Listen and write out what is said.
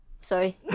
Sorry